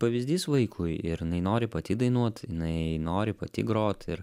pavyzdys vaikui ir jinai nori pati dainuot jinai nori pati grot ir